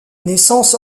naissances